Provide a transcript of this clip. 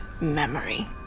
memory